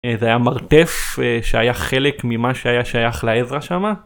זה היה מרתף שהיה חלק ממה שהיה שייך לעזרה שמה.